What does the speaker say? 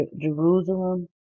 Jerusalem